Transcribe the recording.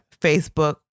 Facebook